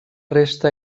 resta